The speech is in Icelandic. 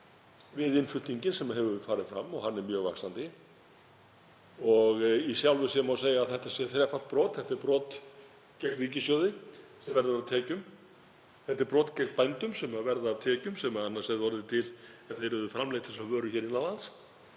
við innflutninginn sem verið hefur og hann er mjög vaxandi. Í sjálfu sér má segja að þetta sé þrefalt brot; þetta er brot gegn ríkissjóði, sem verður af tekjum. Þetta er brot gegn bændum, sem verða af tekjum sem annars hefði orðið til ef þeir hefðu framleitt þessa vöru hér innan lands.